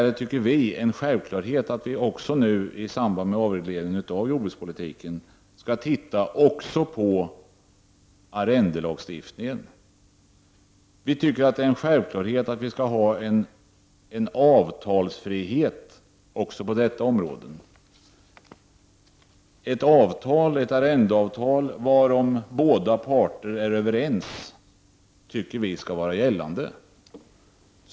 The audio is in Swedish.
Det är en självklarhet att det skall råda avtalsfrihet också på detta område. Ett arrendeavtal varom båda parter är överens skall vara gällande.